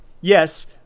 yes